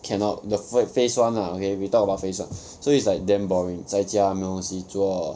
cannot the ph~ the phase one lah okay we talk about phase one so it's like damn boring 在家没有东西做